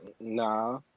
Nah